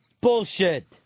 Bullshit